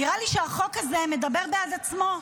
נראה לי שהחוק הזה מדבר בעד עצמו.